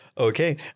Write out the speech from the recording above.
Okay